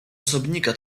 osobnika